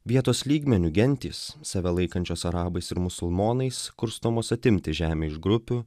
vietos lygmeniu gentys save laikančios arabais ir musulmonais kurstomos atimti žemę iš grupių